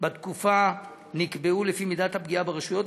בתקופה נקבעו לפי מידת הפגיעה ברשויות,